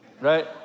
right